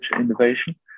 innovation